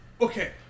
Okay